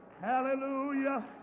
hallelujah